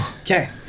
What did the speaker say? Okay